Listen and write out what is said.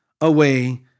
away